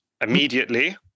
immediately